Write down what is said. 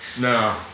No